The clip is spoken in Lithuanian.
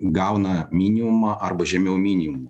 gauna minimumą arba žemiau minimumo